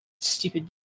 stupid